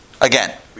Again